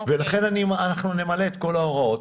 לכן אנחנו נמלא את כל ההוראות.